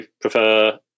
prefer